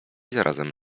zarazem